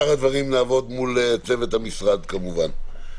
ובשאר הדברים נעבוד מול צוות המשרד כמובן.